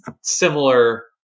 similar